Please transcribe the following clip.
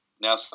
Now